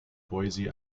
boise